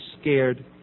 scared